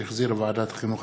שהחזירה ועדת החינוך,